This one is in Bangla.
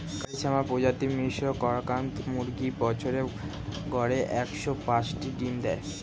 কারি শ্যামা প্রজাতির মিশ্র কড়কনাথ মুরগী বছরে গড়ে একশ পাঁচটি ডিম দেয়